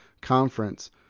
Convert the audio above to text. conference